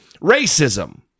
racism